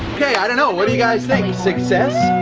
okay i don't know, what do you guys think? a success?